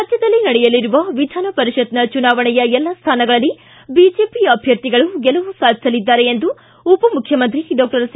ರಾಜ್ದದಲ್ಲಿ ನಡೆಯಲಿರುವ ವಿಧಾನಪರಿಷತ್ನ ಚುನಾವಣೆಯ ಎಲ್ಲ ಸ್ಥಾನಗಳಲ್ಲಿ ಬಿಜೆಪಿ ಅಭ್ಯರ್ಥಿಗಳು ಗೆಲುವು ಸಾಧಿಸಲಿದ್ದಾರೆ ಎಂದು ಉಪಮುಖ್ಯಮಂತ್ರಿ ಡಾಕ್ಟರ್ ಸಿ